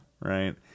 right